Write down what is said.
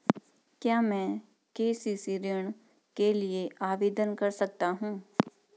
क्या मैं के.सी.सी ऋण के लिए आवेदन कर सकता हूँ?